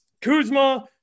Kuzma